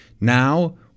Now